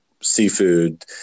seafood